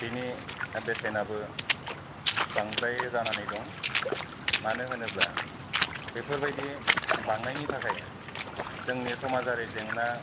बेनि बेसेनाबो बांद्राय जानानै दं मानो होनोब्ला बेफोरबायदि बांनायनि थाखाय जोंनि समाजारि जोंना